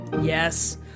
yes